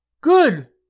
good